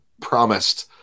promised